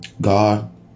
God